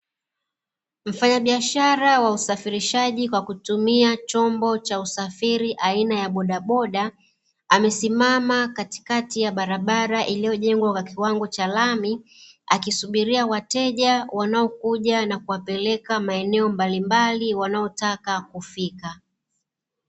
Mfanya boiashara wa usafirishaji kwa kutumia chombo cha usafiri aina ya bodaboda, amesimama katikati ya barabara iliyojengwa kwa kiwango cha lami, akisubiria wateja wanaokuja na kuwapeleka maeneo mbalimbali wanaotaka kufika.